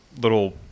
little